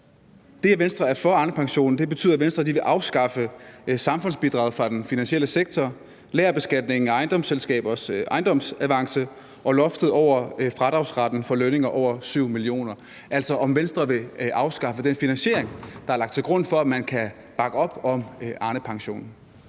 det, at Venstre er for Arnepensionen, betyder, at Venstre vil afskaffe samfundsbidraget fra den finansielle sektor, lagerbeskatningen af ejendomsselskabers ejendomsavance og loftet over fradragsretten for lønninger over 7 mio. kr. Altså, vil Venstre afskaffe den finansiering, der er lagt til grund for, at man kan bakke op om Arnepensionen?